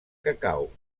cacau